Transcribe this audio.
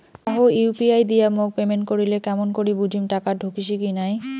কাহো ইউ.পি.আই দিয়া মোক পেমেন্ট করিলে কেমন করি বুঝিম টাকা ঢুকিসে কি নাই?